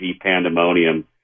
pandemonium